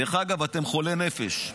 אתם חולי נפש,